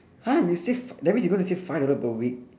!huh! you save that means you gonna save five dollar per week